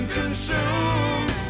consumed